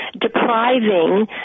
depriving